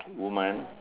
woman